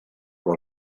rod